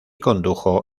condujo